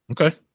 Okay